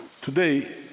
Today